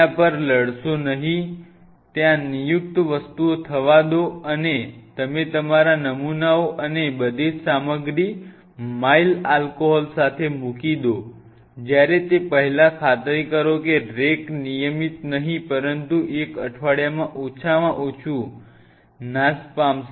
તેના પર લડશો નહીં ત્યાં નિયુક્ત વસ્તુઓ થવા દો અને તમે તમારા નમૂનાઓ અને બધી જ સામગ્રી માઇલ આલ્કોહોલ સાથે મૂકી દો જ્યારે તે પહેલાં ખાતરી કરો કે રેક નિયમિત નહિં પરંતુ એક અઠવાડિયામાં ઓછામાં ઓછું નાશ પામે